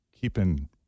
keeping